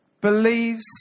believes